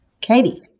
Katie